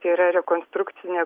čia yra rekonstrukcinė